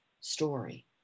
story